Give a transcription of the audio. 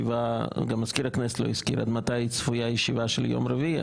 וגם מזכיר הכנסת לא הזכיר עד מתי צפויה להיות הישיבה של יום רביעי.